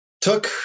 took